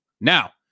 now